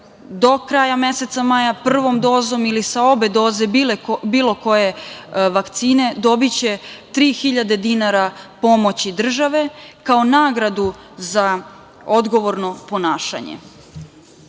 do kraja meseca maja prvom dozom ili sa obe doze bilo koje vakcine dobiće 3.000 dinara pomoći države, kao nagradu za odgovorno ponašanje.